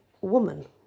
woman